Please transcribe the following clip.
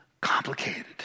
Complicated